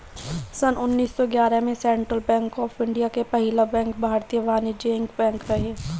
सन्न उन्नीस सौ ग्यारह में सेंट्रल बैंक ऑफ़ इंडिया के पहिला बैंक भारतीय वाणिज्यिक बैंक रहे